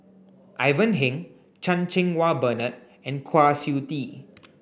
Ivan Heng Chan Cheng Wah Bernard and Kwa Siew Tee